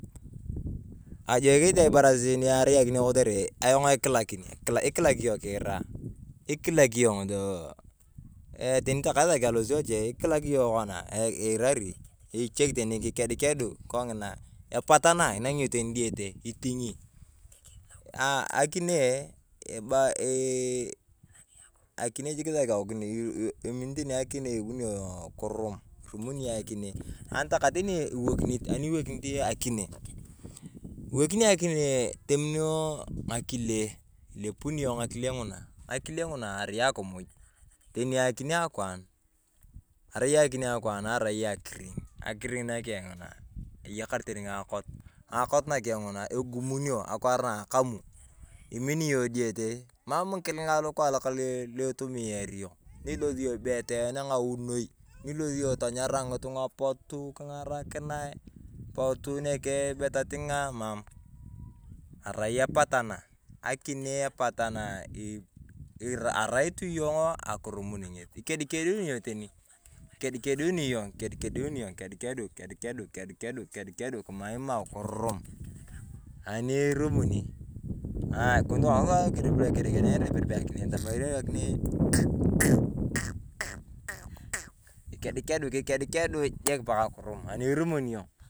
Kajoikinet ayong ibarasit ni erai akine kotare ikilaki iyong kira ikilak iyong tani takae kisaki alosit oche ikilak kona irari kicheki teni kekidukedu epatana enang’i iyong tani deyete akineee mmm eee akine jik esaki iyong akikokin nebunio kurum anitakae tani iwekinet ewekinet akine ewekine akine tominio ngakile ilepanio ngakile nguna ngakile inguna erai akimuj tani akine akwan irai akwan irai akiringi. Akiringi nakeng’e ngina eyakar tani ngakot ngakot nake nguna egumunio akwar nakamu imina iyong diyete mam ngikiling’a lukalak itumiari iyong nilosi iyong be teen ng’awonoi tanyara ngikung’apot bwa kingarakinae pota nege be titing’a mam erai epatana, akine epatana erai tu iyong akirumon ngesi ekidekedu nu teni ekidekedu ni iyong kedukedu kedu kedu kedukedu kedukedu kimaimau kivuma ani inirumani ikoni tani sia eger lue ekidukedunere akine kikedukedu jik paka kirum anirumuni iyong.